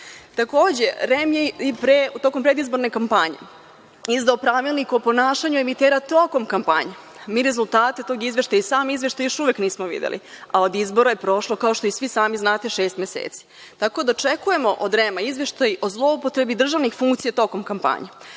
dođem. Takođe, REM je tokom predizborne kampanje izdao Pravilnik o ponašanju emitera tokom kampanje. Mi rezultate tog izveštaja i sam izveštaj još uvek nismo videli, a od izbora je prošlo kao što svi znate šest meseci, tako da očekujemo od REM izveštaj o zloupotrebi državnih funkcija tokom kampanje.